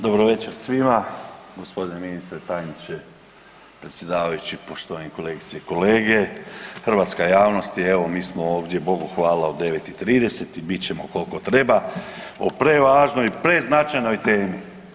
Dobro večer svima, gospodine ministre, tajniče, predsjedavajući, poštovane kolegice i kolege, hrvatska javnosti evo mi smo ovdje Bogu hvala od 9 i 30 i bit ćemo koliko treba o prevažnoj i preznačajnoj temi.